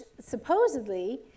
supposedly